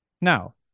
Now